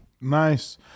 Nice